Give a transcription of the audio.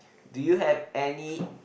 do you have any